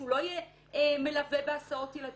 שהוא לא יהיה מלווה בהסעות ילדים.